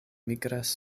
migras